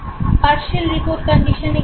partial report কন্ডিশনে কী হয়